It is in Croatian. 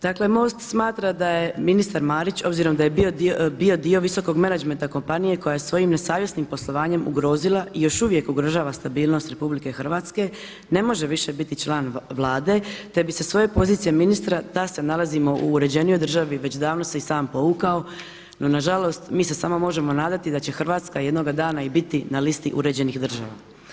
Dakle MOST smatra da je ministar Marić obzirom da je bio dio visokog menadžmenta kompanije koja je svojim nesavjesnim poslovanjem ugrozila i još uvijek ugrožava stabilnost RH ne može biti više član Vlade, te bi sa svoje pozicije ministra da se nalazimo u uređenijoj državi već davno se i sam povukao, no nažalost mi se samo možemo nadati da će Hrvatska jednoga dana i biti na listi uređenih država.